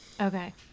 Okay